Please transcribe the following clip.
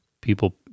people